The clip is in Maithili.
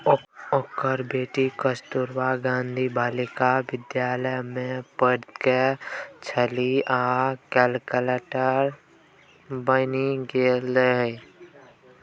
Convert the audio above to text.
ओकर बेटी कस्तूरबा गांधी बालिका विद्यालय मे पढ़ैत छलीह आ कलेक्टर बनि गेलीह